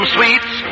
Sweets